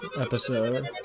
episode